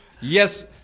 Yes